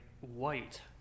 White